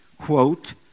quote